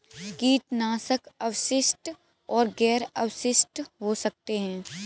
कीटनाशक अवशिष्ट और गैर अवशिष्ट हो सकते हैं